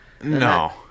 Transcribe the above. No